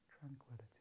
tranquility